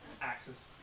Axes